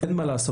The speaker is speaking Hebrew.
אין מה לעשות,